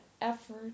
effort